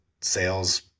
sales